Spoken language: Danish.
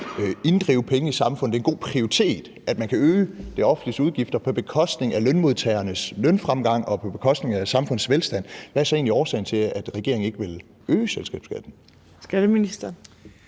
inddrive penge i samfundet på, at det er en god prioritet, at man kan øge det offentliges udgifter på bekostning af lønmodtagernes lønfremgang og på bekostning af samfundets velstand, hvad er så egentlig årsagen til, at regeringen ikke vil øge selskabsskatten? Kl.